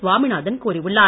சுவாமிநாதன் கூறியுள்ளார்